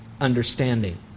understanding